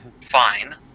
fine